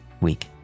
week